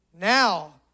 Now